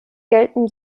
gelten